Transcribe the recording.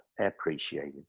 appreciated